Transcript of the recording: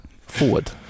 Forward